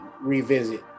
revisit